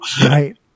Right